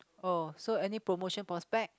oh so any promotion prospect